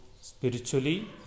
spiritually